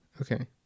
Okay